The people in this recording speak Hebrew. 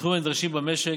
בתחומים הנדרשים במשק.